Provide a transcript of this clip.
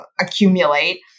accumulate